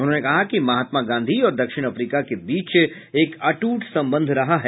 उन्होंने कहा कि महात्मा गांधी और दक्षिण अफ्रीका के बीच एक अट्ट संबंध रहा है